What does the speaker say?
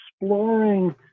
exploring